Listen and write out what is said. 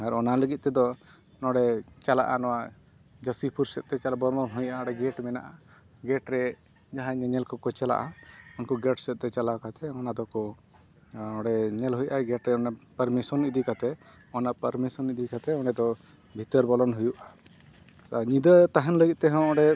ᱟᱨ ᱚᱱᱟ ᱞᱟᱹᱜᱤᱫ ᱛᱮᱫᱚ ᱱᱚᱰᱮ ᱪᱟᱞᱟᱜᱼᱟ ᱱᱚᱣᱟ ᱡᱟᱥᱤᱯᱩᱨ ᱥᱮᱫᱛᱮ ᱵᱚᱞᱚᱱ ᱦᱩᱭᱩᱜᱼᱟ ᱚᱸᱰᱮ ᱜᱮᱴ ᱢᱮᱱᱟᱜᱼᱟ ᱜᱮᱴ ᱨᱮ ᱡᱟᱦᱟᱸᱭ ᱧᱮᱧᱮ ᱠᱚᱠᱚ ᱪᱟᱞᱟᱜᱼᱟ ᱩᱱᱠᱩ ᱜᱮᱴ ᱥᱮᱫᱛᱮ ᱪᱟᱞᱟᱣ ᱠᱟᱛᱮᱫ ᱚᱱᱟ ᱫᱚᱠᱚ ᱚᱸᱰᱮ ᱧᱮ ᱦᱩᱭᱩᱜᱼᱟ ᱜᱮᱴ ᱨᱮ ᱚᱱᱮ ᱯᱟᱨᱢᱤᱥᱚᱱ ᱤᱫᱤ ᱠᱟᱛᱮᱫ ᱚᱱᱟ ᱯᱟᱨᱢᱤᱥᱚᱱ ᱤᱫᱤ ᱠᱟᱛᱮᱫ ᱚᱸᱰᱮ ᱫᱚ ᱵᱷᱤᱛᱟᱹᱨ ᱵᱚᱞᱚᱱ ᱦᱩᱭᱩᱜᱼᱟ ᱟᱨ ᱧᱤᱫᱟᱹ ᱛᱟᱦᱮᱱ ᱞᱟᱹᱜᱤᱫ ᱛᱮ ᱦᱚᱸ ᱚᱸᱰᱮ